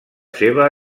seva